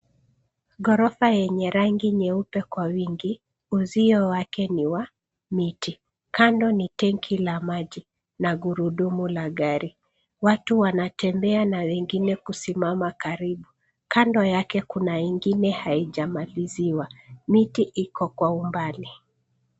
Ghorofa yenye rangi nyeupe kwa wingi, uzio wake ni wa miti. Kando ni tanki la maji na gurudumu la gari. Watu wanatembea na wengine kusimama karibu. Kando yake kuna ingine haijamaliziwa. Miti iko kwa umbali.